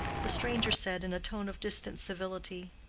the stranger said in a tone of distant civility,